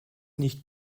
nicht